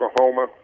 Oklahoma